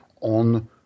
on